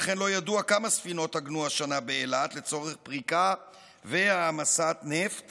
ולכן לא ידוע כמה ספינות עגנו השנה באילת לצורך פריקה והעמסה של נפט